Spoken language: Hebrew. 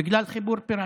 בגלל חיבור פיראטי.